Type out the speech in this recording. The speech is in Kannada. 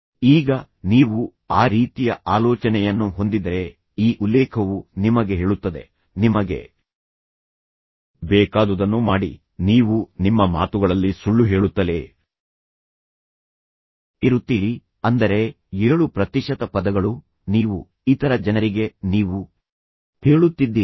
ಈಗ ನೀವು ಆ ರೀತಿಯ ಆಲೋಚನೆಯನ್ನು ಹೊಂದಿದ್ದರೆ ಈ ಉಲ್ಲೇಖವು ನಿಮಗೆ ಹೇಳುತ್ತದೆ ನಿಮಗೆ ಬೇಕಾದುದನ್ನು ಮಾಡಿ ನೀವು ನಿಮ್ಮ ಮಾತುಗಳಲ್ಲಿ ಸುಳ್ಳು ಹೇಳುತ್ತಲೇ ಇರುತ್ತೀರಿ ಅಂದರೆ 7 ಪ್ರತಿಶತ ಪದಗಳು ನೀವು ಇತರ ಜನರಿಗೆ ನೀವು ಹೇಳುತ್ತಿದ್ದೀರಿ